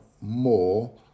more